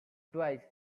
twice